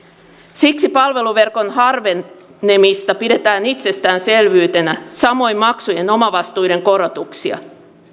siksi palveluverkon harvenemista pidetään itsestäänselvyytenä samoin maksujen omavastuiden korotuksia